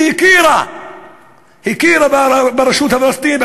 הכירה ברשות הפלסטינית,